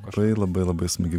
labai labai labai smagi